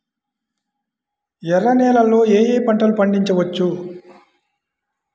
ఎర్ర నేలలలో ఏయే పంటలు పండించవచ్చు?